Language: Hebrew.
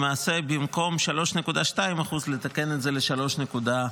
למעשה במקום 3.2%, לתקן את זה ל-3.9%.